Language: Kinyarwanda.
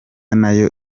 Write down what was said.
nayo